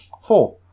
Four